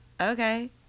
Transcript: okay